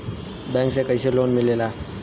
Bank से कइसे loan मिलेला?